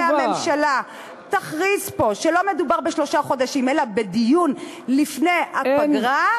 היה והממשלה תכריז פה שלא מדובר בשלושה חודשים אלא בדיון לפני הפגרה,